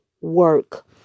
work